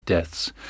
deaths